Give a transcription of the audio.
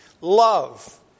Love